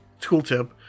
tooltip